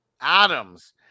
Adams